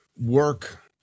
work